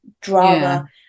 drama